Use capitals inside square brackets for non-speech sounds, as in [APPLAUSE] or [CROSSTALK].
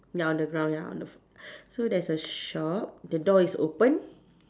ya on the ground ya on the floor [BREATH] so there's a shop the door is open